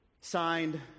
Signed